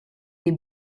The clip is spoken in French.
des